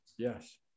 Yes